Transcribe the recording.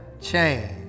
change